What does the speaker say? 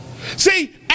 See